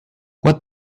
what